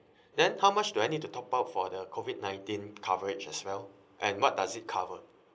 then how much do I need to top up for the COVID nineteen coverage as well and what does it cover